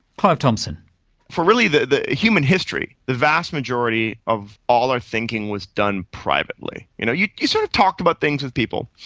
um so and for really the the human history the vast majority of all our thinking was done privately. you know you you sort of talked about things with people,